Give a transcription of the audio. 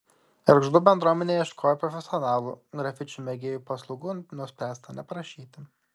gargždų bendruomenė ieškojo profesionalų grafičių mėgėjų paslaugų nuspręsta neprašyti